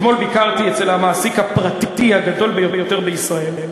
ביקרתי אצל המעסיק הפרטי הגדול במדינת ישראל.